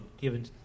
given